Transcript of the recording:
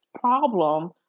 problem